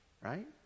right